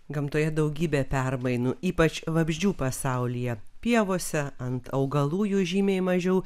gamtoje daugybė permainų ypač vabzdžių pasaulyje pievose ant augalų jų žymiai mažiau